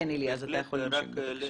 כן, איליה, אתה יכול להמשיך, בבקשה.